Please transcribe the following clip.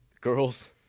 girls